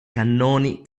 cannoni